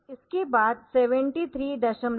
इसके बाद 73 दशमलव